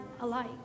alike